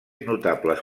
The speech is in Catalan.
notables